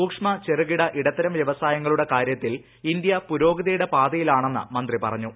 സൂക്ഷ്മ ചെറുകിട ഇടത്തരം വ്യവസായങ്ങളുടെ കാര്യത്തിൽ ഇന്ത്യ പുരോഗതിയുടെ പാതയിലാണെന്ന് മന്ത്രി പറഞ്ഞു